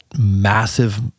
massive